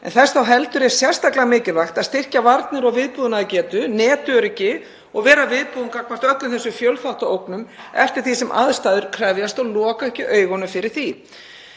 en þess þá heldur er sérstaklega mikilvægt að styrkja varnir og viðbúnaðargetu, netöryggi og vera viðbúin gagnvart öllum þessum fjölþáttaógnum eftir því sem aðstæður krefjast og loka ekki augunum fyrir því.